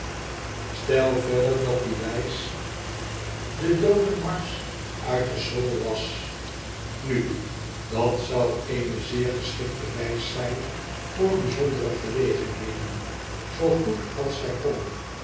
stel verder dat die doodenmarsch uit den saul was nu dat zou eene zeer geschikte wijs sijn toor bijzondere gelegenheden zoo goed als zij kon